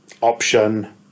option